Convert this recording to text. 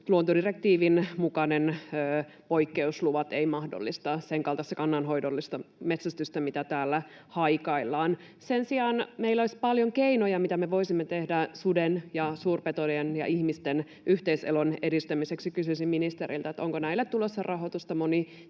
luontodirektiivin mukaiset poikkeusluvat eivät mahdollista sen kaltaista kannanhoidollista metsästystä, mitä täällä haikaillaan. Sen sijaan meillä olisi paljon keinoja, mitä me voisimme tehdä suden ja suurpetojen ja ihmisten yhteiselon edistämiseksi. Kysyisin ministeriltä: onko näille tulossa rahoitusta? Moni